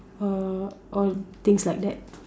or things like that